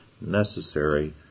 necessary